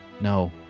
No